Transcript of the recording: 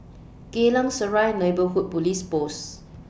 Geylang Serai Neighbourhood Police Post